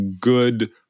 good